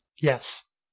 Yes